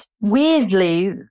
weirdly